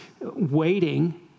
waiting